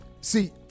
See